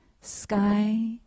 Sky